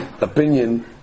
Opinion